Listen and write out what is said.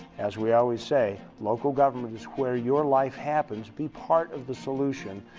as we always say local government is where your life happens be part of the solution.